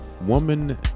woman